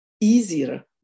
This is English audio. easier